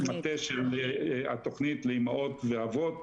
התכנית לאימהות ואבות,